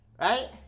right